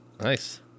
Nice